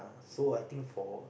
so I think for